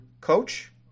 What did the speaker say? coach